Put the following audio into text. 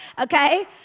okay